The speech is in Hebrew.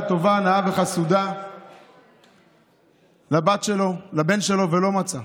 טובה, נאה וחסודה לבן שלו, ולא מצא.